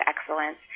excellence